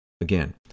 Again